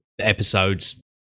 episodes